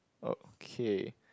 okay